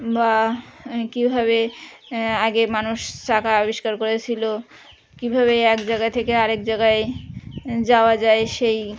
বা কীভাবে আগে মানুষ চাকা আবিষ্কার করেছিল কীভাবে এক জায়গা থেকে আরেক জায়গায় যাওয়া যায় সেই